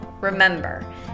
Remember